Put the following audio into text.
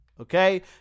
Okay